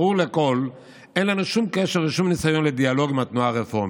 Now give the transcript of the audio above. ברור לכול שאין לנו שום קשר ושום ניסיון לדיאלוג עם התנועה הרפורמית.